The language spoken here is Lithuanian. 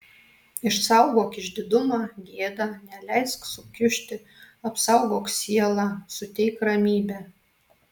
išsaugok išdidumą gėdą neleisk sukiužti apsaugok sielą suteik ramybę